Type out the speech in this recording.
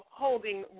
holding